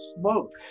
smoke